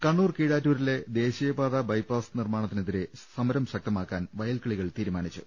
കണ്ണൂർ കീഴാറ്റൂരിലെ ദേശീയപാതാ ബൈപ്പാസ് നിർമ്മാണത്തി നെതിരെ സമരം ശക്തമാക്കാൻ വയൽക്കിളികൾ തീരുമാനിച്ചു